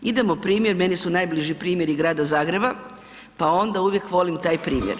Idemo primjer, meni su najbliži primjeri grada Zagreba pa onda uvijek volim taj primjer.